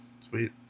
Sweet